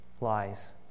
lies